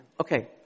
Okay